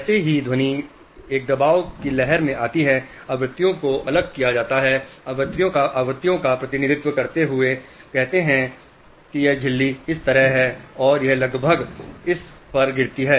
जैसे ही ध्वनि एक दबाव की लहर में आती है आवृत्तियों को अलग किया जाता है आवृत्तियों का प्रतिनिधित्व करते हुए कहते हैं कि यह झिल्ली इस तरह है और यह लगभग इस पर गिरती है